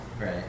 Right